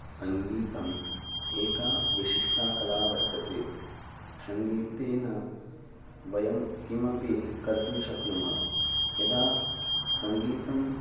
सङ्गीतम् एका विशिष्टा कला वर्तते सङ्गीतेन वयं किमपि कर्तुं शक्नुमः यदा सङ्गीतम्